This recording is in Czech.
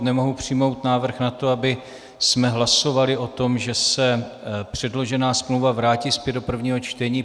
Nemohu přijmout návrh na to, abychom hlasovali o tom, že se předložená smlouva vrátí zpět do prvního čtení.